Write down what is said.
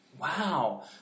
Wow